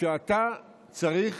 שאתה צריך